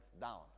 down